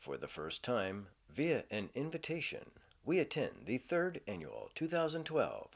for the first time via an invitation we attend the third annual two thousand